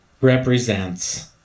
represents